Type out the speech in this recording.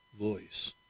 voice